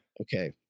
Okay